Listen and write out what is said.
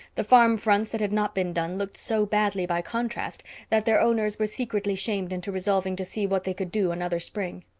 the farm fronts that had not been done looked so badly by contrast that their owners were secretly shamed into resolving to see what they could do another spring.